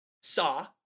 Saw